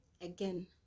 again